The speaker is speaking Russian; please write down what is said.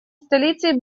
столицей